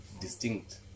distinct